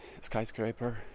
skyscraper